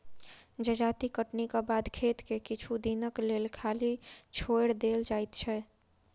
जजाति कटनीक बाद खेत के किछु दिनक लेल खाली छोएड़ देल जाइत छै